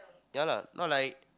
ya lah not like